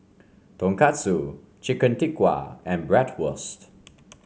Tonkatsu Chicken Tikka and Bratwurst